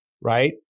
right